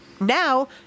Now